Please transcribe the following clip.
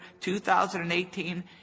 2018